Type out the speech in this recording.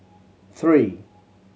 three